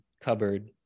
cupboard